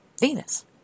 Venus